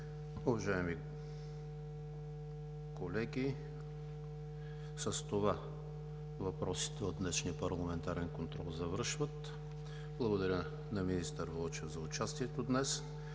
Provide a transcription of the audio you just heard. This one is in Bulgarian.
Уважаеми колеги, с това въпросите от днешния парламентарен контрол завършиха. Благодаря на министър Вълчев за участието му днес.